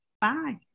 Bye